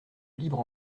libre